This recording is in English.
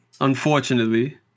Unfortunately